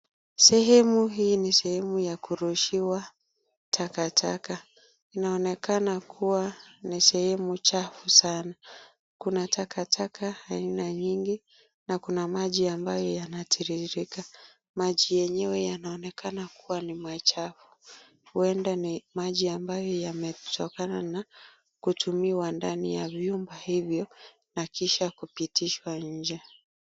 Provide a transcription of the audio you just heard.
Sehemu hii ni sehemu ya kurushiwa takataka, inaonekana kuwa ni sehemu chafu sana. Kuna takataka aina nyingi na kuna maji ambayo yanatiririka. Maji yenyewe yanaonekana kuwa ni machafu, huenda ni maji ambayo yametokana na kutumiwa ndani ya vyumba hivyo na kisha kupitishwa nje.